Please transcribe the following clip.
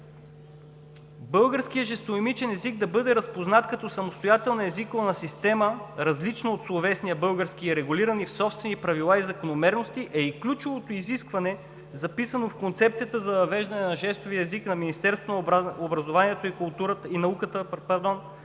Българският жестомимичен език да бъде разпознат като самостоятелна езикова система, различна от словесния български и регулирана в собствени правила и закономерности, е и ключовото изискване, записано в концепцията за въвеждане на жестовия език на Министерството на образованието и науката, утвърдена